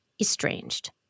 estranged